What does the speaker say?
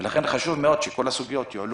משנה שאתה עומד בראשה ולא בוועדת קורונה.